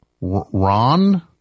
Ron